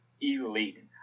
elite